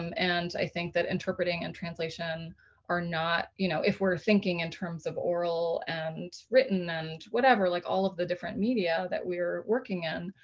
um and i think that interpreting and translation are not. you know if we're thinking in terms of oral and written and whatever, like all of the different media that we're working in,